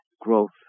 growth